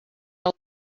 out